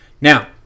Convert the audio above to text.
Now